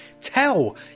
Tell